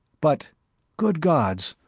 but good gods,